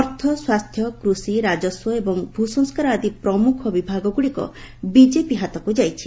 ଅର୍ଥ ସ୍ୱାସ୍ଥ୍ୟ କୃଷି ରାଜସ୍ୱ ଏବଂ ଭୂସଂସ୍କାର ଆଦି ପ୍ରମୁଖ ବିଭାଗଗୁଡିକ ବିଜେପି ହାତକୁ ଯାଇଛି